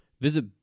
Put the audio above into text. Visit